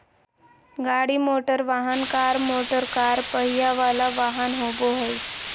गाड़ी मोटरवाहन, car motorcar पहिया वला वाहन होबो हइ